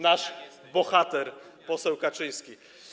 Nasz bohater, poseł Kaczyński.